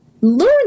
learn